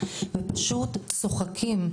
ופשוט צוחקים.